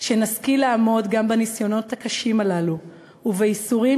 שנשכיל לעמוד גם בניסיונות הקשים הללו ובייסורים